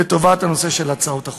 לטובת הנושא של הצעות החוק.